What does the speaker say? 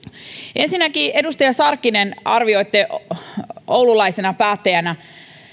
ensinnäkin edustaja sarkkinen arvioitte oululaisena päättäjänä